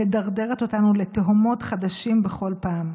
מדרדרת אותנו לתהומות חדשים בכל פעם.